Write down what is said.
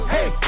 Hey